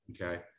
Okay